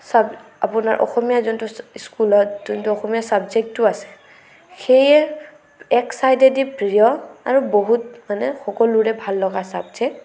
চাব আপোনাৰ অসমীয়া যোনটো স্কুলত যোনটো অসমীয়া চাবজেক্টটো আছে সেয়ে এক চাইডেদি প্ৰিয় আৰু বহুত মানে সকলোৰে ভাল লগা চাবজেক্ট